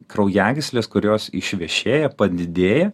kraujagyslės kurios išvešėja padidėja